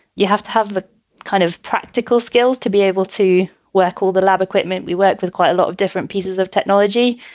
you have to have the kind of practical skills to be able to work all the lab equipment. we work with quite a lot of different pieces of technology.